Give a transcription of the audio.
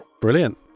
brilliant